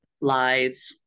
Lies